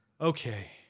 okay